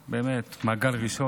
של חברי הכנסת